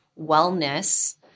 wellness